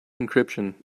encryption